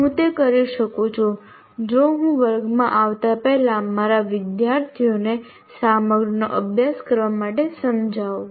હું તે કરી શકું છું જો હું વર્ગમાં આવતા પહેલા મારા વિદ્યાર્થીઓને સામગ્રીનો અભ્યાસ કરવા માટે સમજાવું